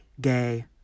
Gay